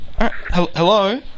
Hello